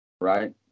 Right